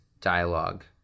dialogue